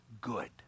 good